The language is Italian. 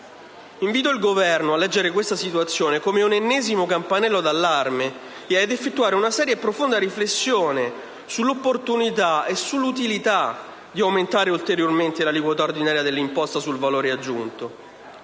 Invito il Governo a leggere questa situazione come un ennesimo campanello d'allarme e ad effettuare una seria e profonda riflessione sull'opportunità e sull'utilità di aumentare ulteriormente l'aliquota ordinaria dell'imposta sul valore aggiunto.